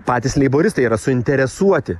patys leiboristai yra suinteresuoti